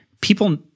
people